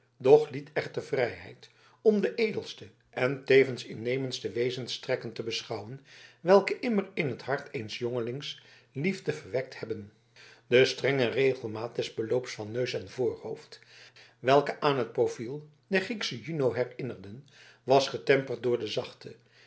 doch liet echter vrijheid om de edelste en tevens innemendste wezenstrekken te beschouwen welke immer in het hart eens jongelings liefde verwekt hebben de strenge regelmaat des beloops van neus en voorhoofd welke aan het profil der grieksche juno herinnerden was getemperd door den zachten